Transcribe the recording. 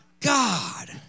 God